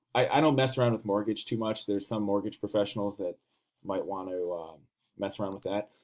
i don't mess around with mortgage too much, there's some mortgage professionals that might want to mess around with that,